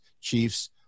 chiefs